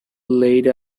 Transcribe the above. laid